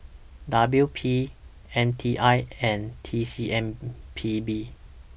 W P M T I and T C M P B